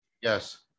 Yes